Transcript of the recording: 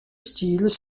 styles